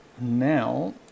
Now